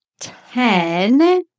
Ten